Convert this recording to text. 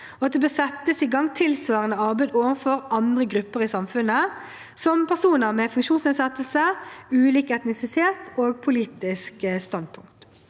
og at det bør settes i gang tilsvarende arbeid overfor andre grupper i samfunnet, som personer med funksjonsnedsettelser, ulike etnisiteter og ulike politiske standpunkt.